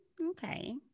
Okay